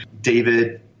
David